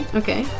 okay